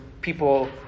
people